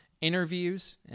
interviews